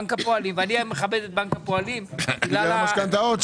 אני מכבד את בנק הפועלים בגלל המשכנתאות.